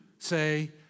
say